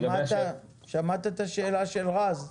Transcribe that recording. שמעת את השאלה של רז?